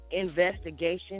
Investigation